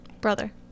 brother